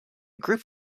group